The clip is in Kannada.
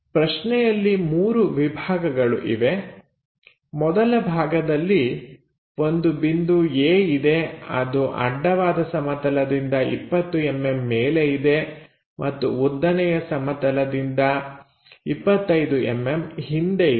ಪ್ರಶ್ನೆಯಲ್ಲಿ ಮೂರು ವಿಭಾಗಗಳು ಇವೆ ಮೊದಲ ಭಾಗದಲ್ಲಿ ಒಂದು ಬಿಂದು A ಇದೆ ಅದು ಅಡ್ಡವಾದ ಸಮತಲದಿಂದ 20mm ಮೇಲೆ ಇದೆ ಮತ್ತು ಉದ್ದನೆಯ ಸಮತಲದಿಂದ 25mm ಹಿಂದೆ ಇದೆ